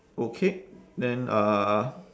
okay then uh